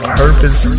purpose